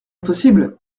possible